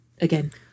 again